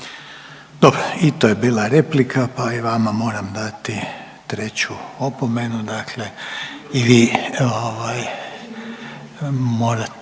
Dobro i to je bila replika, pa i vama moram dati treću opomenu, dakle i ovaj mora,